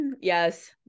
Yes